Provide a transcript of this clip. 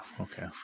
Okay